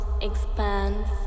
expands